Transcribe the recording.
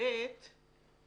בסעיף קטן (ב),